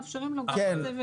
מאפשרים לו גם מסלול נוסף.